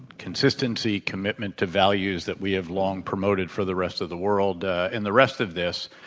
consistency, commitment to values that we have long promoted for the rest of the world and the rest of this,